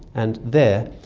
and there,